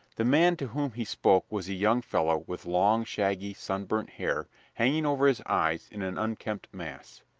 the man to whom he spoke was a young fellow with long, shaggy, sunburnt hair hanging over his eyes in an unkempt mass.